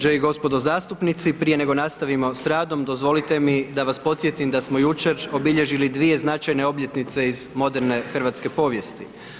Gđe. i gospodo zastupnici, prije nego nastavimo s radom, dozvolite mi da vas podsjetim da smo jučer obilježili dvije značajne obljetnice iz moderne hrvatske povijesti.